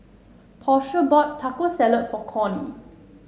Portia bought Taco Salad for Cornie